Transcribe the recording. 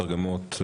מתרגמות,